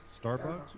Starbucks